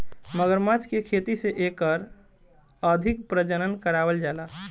मगरमच्छ के खेती से एकर अधिक प्रजनन करावल जाला